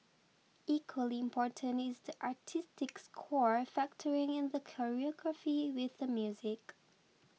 equally important is the artistic score factoring in the choreography with the music